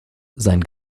sein